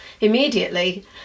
immediately